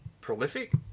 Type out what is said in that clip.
prolific